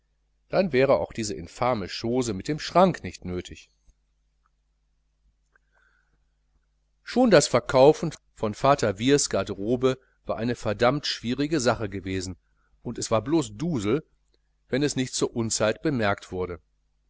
dann wäre auch diese infame chose mit dem schrank nicht nötig schon das verkaufen von vater wiehrs garderobe war eine verdammt schwierige sache gewesen und es war blos dusel wenn es nicht zur unzeit bemerkt wurde